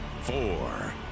Four